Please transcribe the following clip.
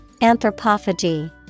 Anthropophagy